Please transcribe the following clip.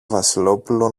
βασιλόπουλο